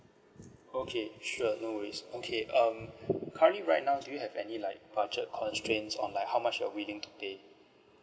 okay sure no worries okay um currently right now do you have any like budget constraints on like how much you're willing to pay